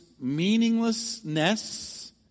meaninglessness